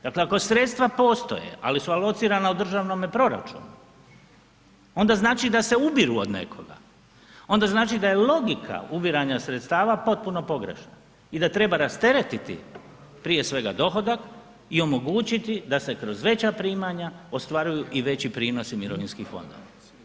Dakle, ako sredstva postoje ali su alocirana u državnome proračunu, onda znači da se ubiru od nekoga, onda znači da je logika ubiranja sredstava potpuno pogrešna i da treba rasteretiti prije svega dohodak i omogućiti da se kroz veća primanja ostvaruju i veći prinosi mirovinskih fondova.